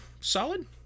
solid